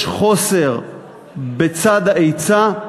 יש חוסר בצד ההיצע,